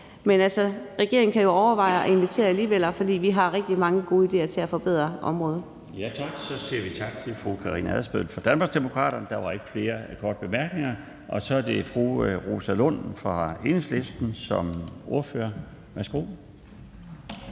Men regeringen kan jo overveje at invitere alligevel, for vi har rigtig mange gode idéer til at forbedre området. Kl. 12:01 Den fg. formand (Bjarne Laustsen): Tak. Så siger vi tak til fru Karina Adsbøl fra Danmarksdemokraterne. Der var ikke flere korte bemærkninger. Så er det fru Rosa Lund fra Enhedslisten som ordfører. Værsgo. Kl.